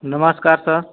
नमस्कार सर